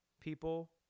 people